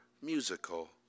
musical